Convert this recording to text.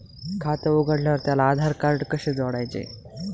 खाते उघडल्यावर त्याला आधारकार्ड कसे जोडायचे?